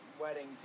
wedding